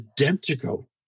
identical